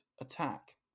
attack